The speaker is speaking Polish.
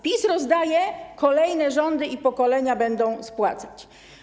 PiS rozdaje, kolejne rządy i pokolenia będą spłacać.